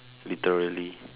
literally